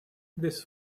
this